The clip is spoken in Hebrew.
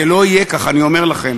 זה לא יהיה כך, אני אומר לכם.